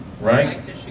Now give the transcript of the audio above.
Right